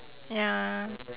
ya